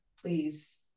please